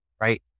right